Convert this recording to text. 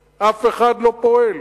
אף אחד לא מדבר, אף אחד לא פועל.